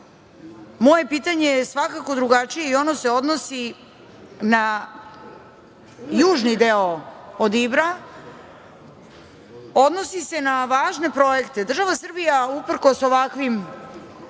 moje pitanje je svakako drugačije i ono se odnosi na južni deo od Ibra, odnosi se na važne projekte. Država Srbija uprkos provokacijama